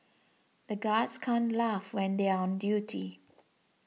the guards can't laugh when they are on duty